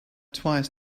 twice